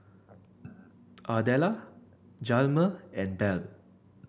Ardella Hjalmer and Belle